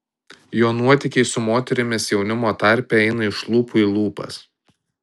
jo nuotykiai su moterimis jaunimo tarpe eina iš lūpų į lūpas